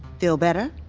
feel better?